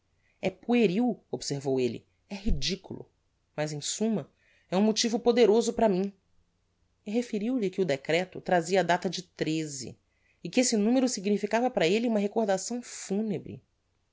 é pueril observou elle é ridiculo mas em summa é um motivo poderoso para mim e referiu lhe que o decreto trazia a data de e que esse numero significava para elle uma recordação funebre